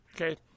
okay